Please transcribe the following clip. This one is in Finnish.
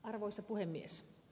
arvoisa puhemies